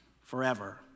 forever